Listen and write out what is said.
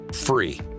free